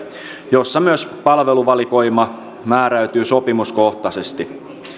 jossa myös palveluvalikoima määräytyy sopimuskohtaisesti